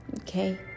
okay